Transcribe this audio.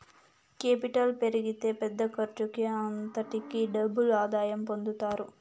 capital పెరిగితే పెద్ద ఖర్చుకి అంతటికీ డబుల్ ఆదాయం పొందుతారు